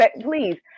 Please